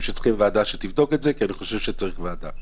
שצריך ועדה שתבדוק את זה כי אני חושב שצריך ועדה.